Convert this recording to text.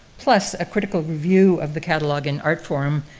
plus a critical review of the catalogue in art forum.